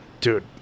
Dude